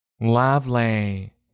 Lovely